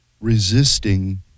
resisting